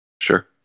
Sure